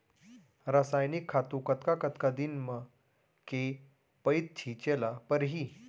रसायनिक खातू कतका कतका दिन म, के पइत छिंचे ल परहि?